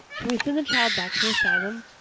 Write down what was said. can we send the child back to the asylum?